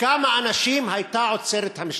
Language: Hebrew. כמה אנשים הייתה המשטרה עוצרת?